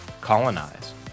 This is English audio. colonize